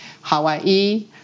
Hawaii